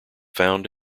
found